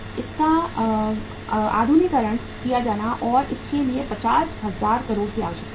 इसका आधुनिकीकरण किया जाना है और इसके लिए 50000 करोड़ की आवश्यकता थी